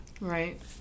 Right